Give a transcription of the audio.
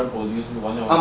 每个人就 produce 完了 lor